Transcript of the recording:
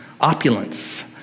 opulence